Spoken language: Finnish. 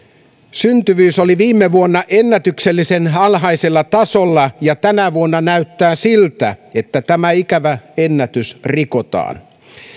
syntyvyys oli viime vuonna ennätyksellisen alhaisella tasolla ja tänä vuonna näyttää siltä että tämä ikävä ennätys rikotaan